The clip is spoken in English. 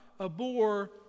abhor